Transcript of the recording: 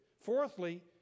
Fourthly